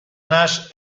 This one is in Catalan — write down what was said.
nas